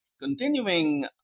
continuing